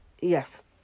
yes